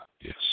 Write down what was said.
Yes